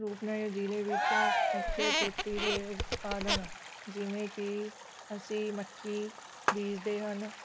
ਰੂਪਨਗਰ ਜ਼ਿਲ੍ਹੇ ਵਿੱਚ ਮੁੱਖ ਖੇਤੀ ਦੇ ਉਤਪਾਦਨ ਜਿਵੇਂਕਿ ਕੀ ਅਸੀਂ ਮੱਕੀ ਬੀਜਦੇ ਹਨ